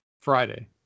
Friday